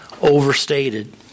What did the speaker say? overstated